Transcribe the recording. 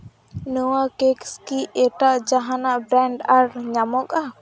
ᱱᱚᱣᱟ ᱠᱮᱠᱥ ᱠᱤ ᱮᱴᱟᱜ ᱡᱟᱦᱟᱱᱟᱜ ᱵᱨᱮᱱᱰ ᱟᱨ ᱧᱟᱢᱚᱜᱼᱟ